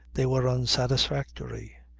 they were unsatisfactory.